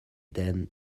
then